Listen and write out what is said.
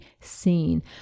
seen